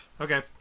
okay